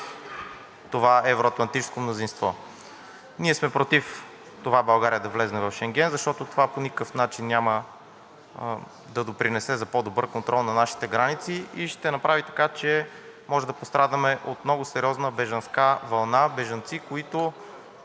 това евро-атлантическо мнозинство. Ние сме против това България да влезе в Шенген, защото това по никакъв начин няма да допринесе за по-добър контрол на нашите граници и ще направи така, че може да пострадаме от много сериозна бежанска вълна – бежанци, които